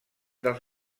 dels